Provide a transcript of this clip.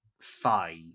five